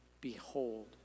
behold